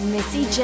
Missy